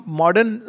modern